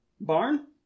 barn